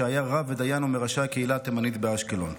שהיה רב ודיין ומראשי הקהילה התימנית באשקלון.